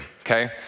okay